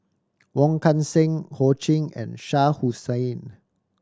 Wong Kan Seng Ho Ching and Shah Hussain